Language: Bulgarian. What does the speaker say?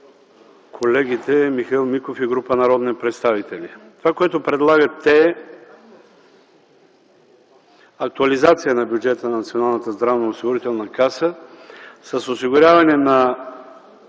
колегите Михаил Миков и група народни представители. Това, което предлагат те, е актуализация на бюджета на Националната